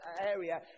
area